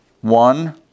one